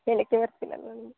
ಹೇಳಿ ಕೇಳಿಸ್ತಿಲ್ಲ ಮ್ಯಾಮ್